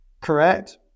Correct